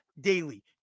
daily